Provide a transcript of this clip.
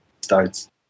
starts